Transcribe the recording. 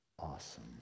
Awesome